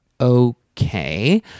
okay